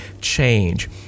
change